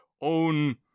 own